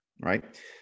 right